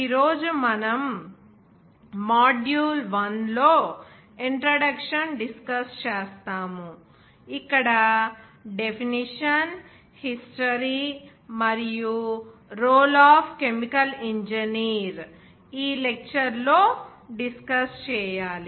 ఈ రోజు మనం మాడ్యూల్ 1 లో ఇంట్రడక్షన్ డిస్కస్ చేస్తాము ఇక్కడ డెఫినిషన్హిస్టరీ మరియు రోల్ ఆఫ్ కెమికల్ ఇంజనీర్ ఈ లెక్చర్ లో డిస్కస్ చేయాలి